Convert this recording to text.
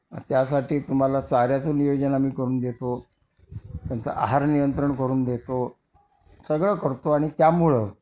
त्यासाठी तुम्हाला चाऱ्याचं नियोजन आम्ही करून देतो त्यांचं आहार नियंत्रण करून देतो सगळं करतो आणि त्यामुळं